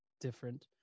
different